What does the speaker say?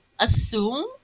assume